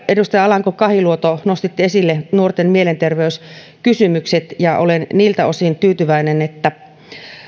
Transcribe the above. edustaja alanko kahiluoto nostitte esille nuorten mielenterveyskysymykset ja olen niiltä osin tyytyväinen että